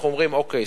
אנחנו אומרים: אוקיי.